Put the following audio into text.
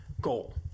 goal